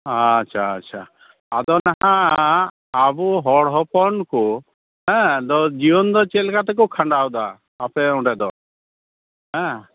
ᱟᱪᱪᱷᱟ ᱟᱪᱪᱷᱟ ᱟᱫᱚ ᱱᱟᱦᱟᱜ ᱟᱵᱚ ᱦᱚᱲ ᱦᱚᱯᱚᱱ ᱠᱚ ᱦᱮᱸ ᱡᱤᱭᱚᱱ ᱫᱚ ᱪᱮᱫ ᱞᱮᱠᱟ ᱛᱮᱠᱚ ᱠᱷᱟᱸᱰᱟᱣᱮᱫᱟ ᱟᱯᱮ ᱚᱸᱰᱮ ᱫᱚ ᱦᱮᱸ